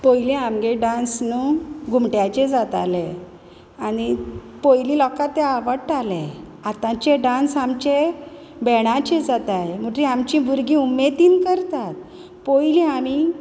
पयलीं आमगे डांस न्हू घुमट्याचेर जाताले आनी पयलीं लोकां ते आवाडटाले आतांचे डांस आमचे बॅणाचे जाताय म्हुट्री आमचीं भुरगीं उमेदीन करतात पयलीं आमी